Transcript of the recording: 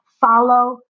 follow